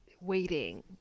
waiting